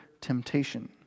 temptation